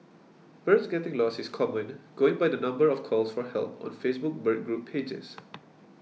birds getting lost is common going by the number of calls for help on Facebook bird group pages